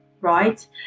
right